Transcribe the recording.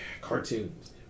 cartoons